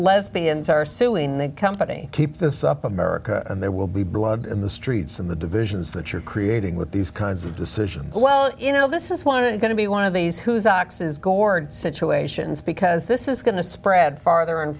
lesbians are suing the company keep this up america and there will be blood in the streets and the divisions that you're creating with these kinds of decisions well you know this is one is going to be one of these whose ox is gored situations because this is going to spread farther and